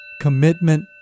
Commitment